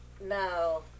No